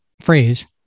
phrase